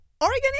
Oregon